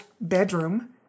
bedroom